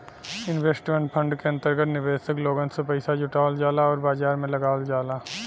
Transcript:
investment fund के अंतर्गत निवेशक लोगन से पइसा जुटावल जाला आउर बाजार में लगावल जाला